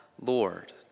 Lord